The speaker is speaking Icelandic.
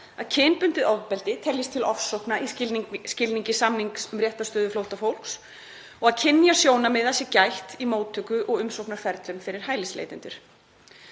að kynbundið ofbeldi teljist til ofsókna í skilningi samnings um réttarstöðu flóttafólks og að kynjasjónarmiða sé gætt í móttöku og umsóknarferli fyrir hælisleitendur.